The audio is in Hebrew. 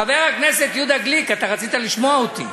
חבר הכנסת יהודה גליק, אתה רצית לשמוע אותי.